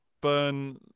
burn